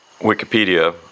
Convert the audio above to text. Wikipedia